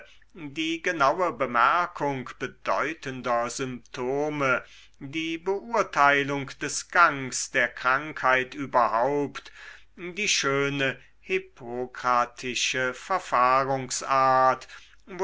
die genaue bemerkung bedeutender symptome die beurteilung des gangs der krankheit überhaupt die schöne